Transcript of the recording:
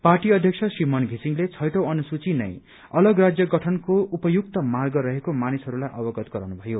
party अध्यक्ष श्री मन धिसिङले छैठौं अनुसूचि नै अलग राज्य गठनको उपयुक्त मार्ग रहेको मानिसहरूलाई अवगत गराउनु भयो